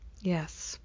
Yes